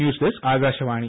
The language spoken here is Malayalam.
news desk Akashvani